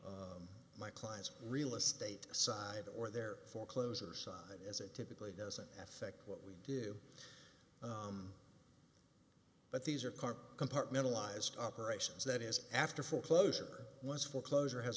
my client's real estate side or their for close or side as it typically doesn't affect what we do but these are current compartmentalized operations that is after foreclosure once foreclosure has